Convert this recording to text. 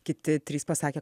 kiti trys pasakė